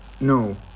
No